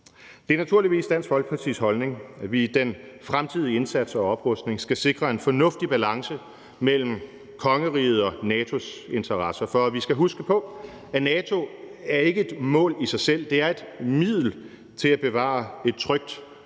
Det er naturligvis Dansk Folkepartis holdning, at vi i den fremtidige indsats og oprustning skal sikre en fornuftig balance mellem kongerigets og NATO's interesser, for vi skal huske på, at NATO ikke er et mål i sig selv; det er et middel til at bevare et trygt og